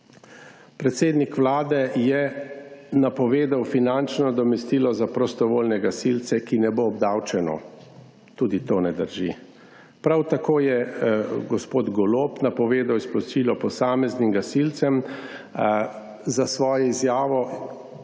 Predsednik Vlade je napovedal finančno nadomestilo za prostovoljne gasilce, ki ne bo obdavčeno, tudi to ne drži. Prav tako je gospod Golob napovedal izplačilo posameznim gasilcem, svojo izjavo